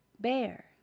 bear